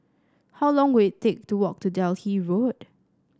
how long will it take to walk to Delhi Road